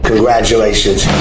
Congratulations